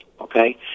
Okay